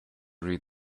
read